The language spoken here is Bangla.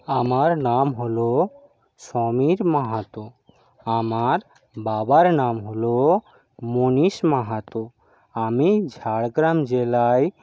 আমার নাম হল সমীর মাহাতো আমার বাবার নাম হল মনীশ মাহাতো আমি ঝাড়গ্রাম জেলায়